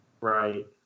Right